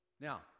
Now